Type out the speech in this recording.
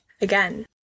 again